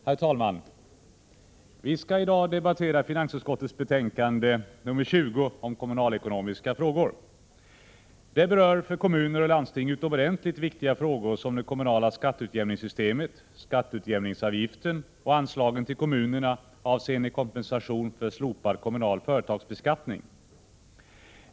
Herr talman! Vi skall i dag debattera finansutskottets betänkande 20 om kommunalekonomiska frågor. Det berör för kommuner och landsting utomordentligt viktiga frågor som det kommunala skatteutjämningssystemet, skatteutjämningsavgiften och anslagen till kommunerna avseende kompensation för slopad kommunal företagsbeskattning.